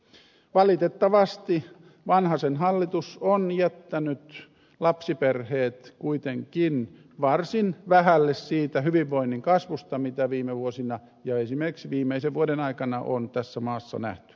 valitettavasti vanhasen hallitus on jättänyt lapsiperheet kuitenkin varsin vähälle siitä hyvinvoinnin kasvusta mitä viime vuosina ja esimerkiksi viimeisen vuoden aikana on tässä maassa nähty